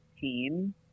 team